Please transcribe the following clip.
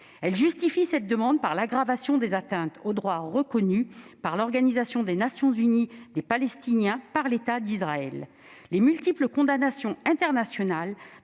Elle justifie cette demande par « l'aggravation des atteintes aux droits, reconnus par l'Organisation des Nations unies, des Palestiniens par l'État d'Israël »,« les multiples condamnations internationales